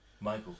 Michael